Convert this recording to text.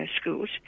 schools